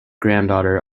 granddaughter